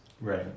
Right